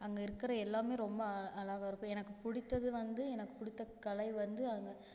அங்கே இருக்கிற எல்லாம் ரொம்ப அழ அழகாயிருக்கும் எனக்கு பிடித்தது வந்து எனக்கு பிடித்த கலை வந்து அவங்க